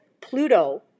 Pluto